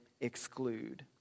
exclude